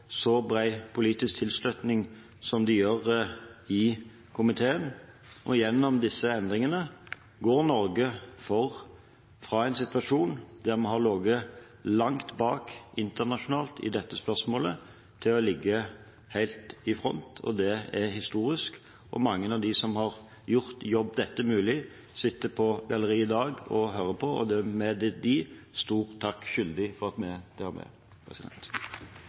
så bred politisk tilslutning som de gjør i komiteen. Gjennom disse endringene går Norge fra en situasjon der vi har ligget langt bak internasjonalt i dette spørsmålet, til å ligge helt i front. Det er historisk, og mange av dem som har gjort dette mulig, sitter på galleriet i dag og hører på. Vi er dem stor takk skyldig for at vi er der vi er. Det